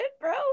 bro